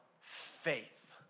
faith